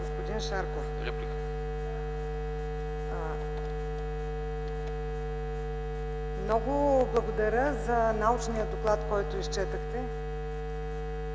господин Шарков, много благодаря за научния доклад, който изчетохте,